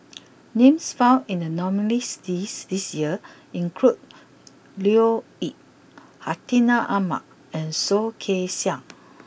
names found in the nominees' list this year include Leo Yip Hartinah Ahmad and Soh Kay Siang